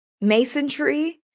masonry